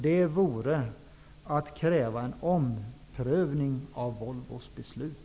Det handlar då om krav på en omprövning av Volvos beslut.